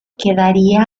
quedaría